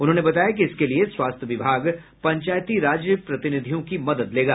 उन्होंने बताया कि इसके लिए स्वास्थ्य विभाग पंचायती राज प्रतिनिधियों की मदद लेगा